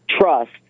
trust